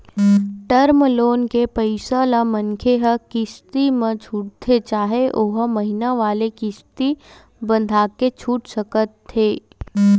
term loan के पइसा ल मनखे ह किस्ती म छूटथे चाहे ओहा महिना वाले किस्ती बंधाके छूट सकत हे